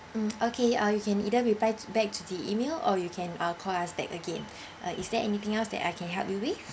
um okay uh you can either reply back to the email or you can ah call us back again uh is there anything else that I can help you with